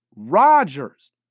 Rodgers